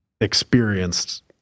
experienced